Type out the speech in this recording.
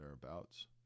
thereabouts